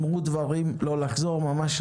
בבקשה לא לחזור על דברים, לחדש